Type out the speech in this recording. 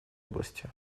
области